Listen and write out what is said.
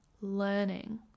learning